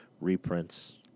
reprints